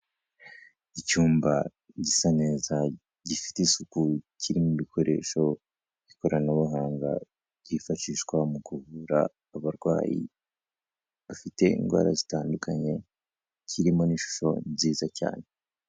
Icyumba gisa neza, gifite isuku, kirimo ibikoresho by'ikoranabuhanga byifashishwa mu kuvura abarwayi bafite indwara zitandukanye, kirimo n'ishusho nziza cyane.